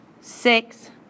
six